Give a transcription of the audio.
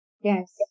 Yes